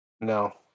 No